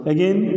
Again